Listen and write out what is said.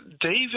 David